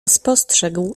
spostrzegł